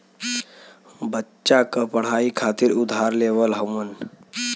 बच्चा क पढ़ाई खातिर उधार लेवल हउवन